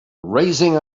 raising